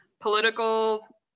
political